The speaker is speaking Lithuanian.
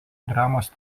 dramos